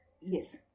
Yes